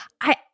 I-